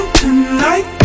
tonight